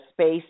space